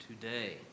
today